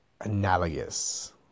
analogous